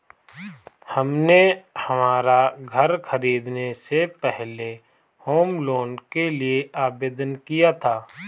हमने हमारा घर खरीदने से पहले होम लोन के लिए आवेदन किया था